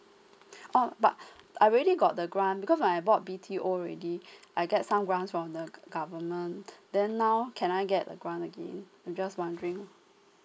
oh but I already got the grant because I bought B_T_O already I get some grant from the government then now can I get a grant again I'm just wondering